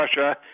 Russia